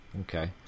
Okay